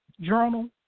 journal